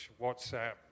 WhatsApp